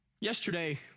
Yesterday